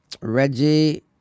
Reggie